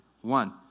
One